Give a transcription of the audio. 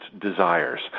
desires